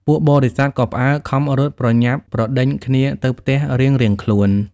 ពួកបរិស័ទក៏ផ្អើលខំរត់ប្រញាប់ប្រដេញគ្នាទៅផ្ទះរៀងៗខ្លួន។